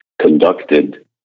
conducted